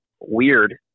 weird